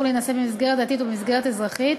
להינשא במסגרת דתית או במסגרת אזרחית,